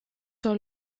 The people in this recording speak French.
sur